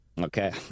Okay